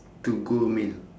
to go meal